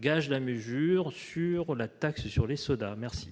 gage cette mesure sur la taxe sur les sodas. Quel